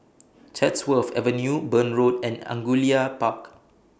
Chatsworth Avenue Burn Road and Angullia Park